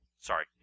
Sorry